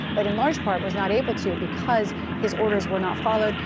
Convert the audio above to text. but in large part was not able to because his orders were not followed.